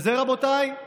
זה, רבותיי,